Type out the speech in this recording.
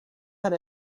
had